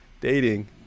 dating